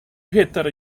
hittade